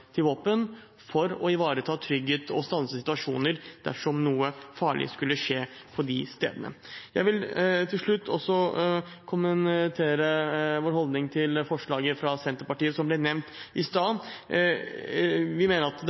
til våpen for å ivareta trygghet og stanse situasjoner dersom noe farlig skulle skje på disse stedene. Jeg vil til slutt kommentere vår holdning til forslaget fra Senterpartiet, som ble nevnt i stad. Vi mener at